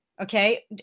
Okay